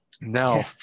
Now